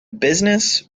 business